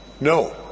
No